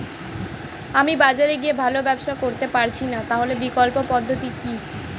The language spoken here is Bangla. আমি বাজারে গিয়ে ভালো ব্যবসা করতে পারছি না তাহলে বিকল্প পদ্ধতি কি?